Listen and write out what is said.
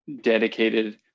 dedicated